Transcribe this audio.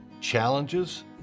challenges